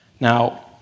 Now